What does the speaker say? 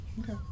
Okay